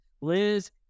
Liz